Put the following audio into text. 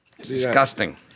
Disgusting